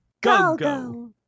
Go-go